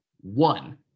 one